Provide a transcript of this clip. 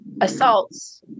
assaults